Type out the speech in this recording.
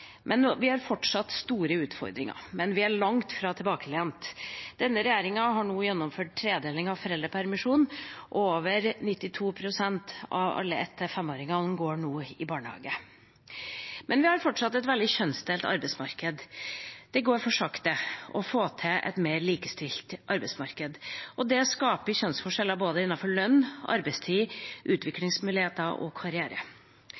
men vi er langt fra tilbakelent. Denne regjeringa har nå gjennomført tredeling av foreldrepermisjonen, og over 92 pst. av alle 1–5-åringer går nå i barnehage. Men vi har fortsatt et veldig kjønnsdelt arbeidsmarked. Det går for sakte å få til et mer likestilt arbeidsmarked, og det skaper kjønnsforskjeller både innenfor lønn, arbeidstid, utviklingsmuligheter og karriere.